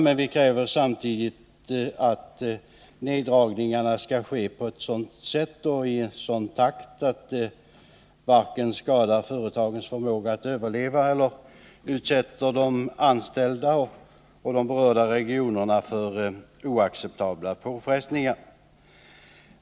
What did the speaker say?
Men vi kräver samtidigt att neddragningarna skall ske på ett sådant sätt och i en sådan takt att de varken skadar företagens förmåga att överleva eller utsätter de anställda och berörda regioner för oacceptabla påfrestningar.